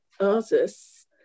artists